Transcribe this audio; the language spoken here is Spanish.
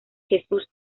jesús